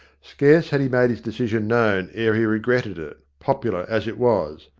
scarce had he made his decision known ere he regretted it, popular as it was.